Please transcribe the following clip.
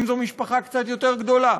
אם זאת משפחה קצת יותר גדולה,